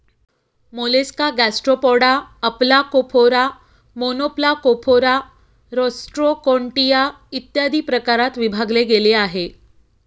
Mollusca Gastropoda, Aplacophora, Monoplacophora, Rostroconchia, इत्यादी प्रकारात विभागले गेले आहे